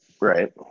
Right